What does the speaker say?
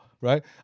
right